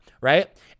right